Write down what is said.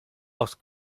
aus